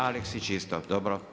Aleksić isto, dobro.